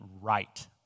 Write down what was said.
right